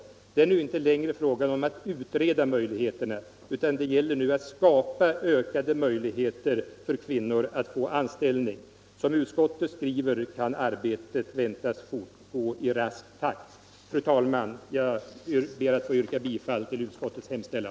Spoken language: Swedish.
Det är inte längre fråga om att utreda möjligheterna, utan det gäller nu att skapa ökade möjligheter för kvinnor att få anställning. Som utskottet skriver kan arbetet väntas fortgå i rask takt. Fru talman! Jag ber att få yrka bifall till utskottets hemställan.